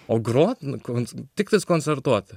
o groti nu kons tiktais koncertuoti